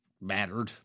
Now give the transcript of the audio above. mattered